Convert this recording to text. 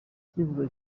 icyifuzo